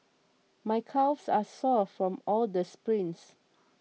my calves are sore from all the sprints